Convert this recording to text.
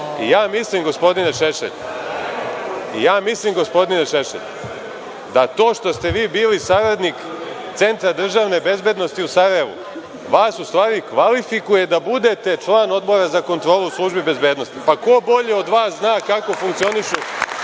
i mislim, gospodine Šešelj, da to što ste bili saradnik Centra državne bezbednosti u Sarajevu vas u stvari kvalifikuje da budete član Odbora za kontrolu službe bezbednosti. Ko bolje od vas zna kako funkcionišu